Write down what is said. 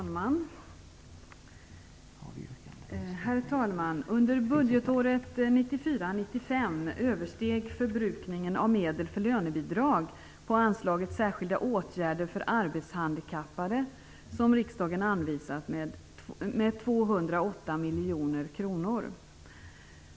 Herr talman! Under budgetåret 1994/95 översteg förbrukningen av medel för lönebidrag på anslaget Särskilda åtgärder för arbetshandikappade som riksdagen anvisat med 208 miljoner kronor.